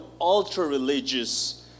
ultra-religious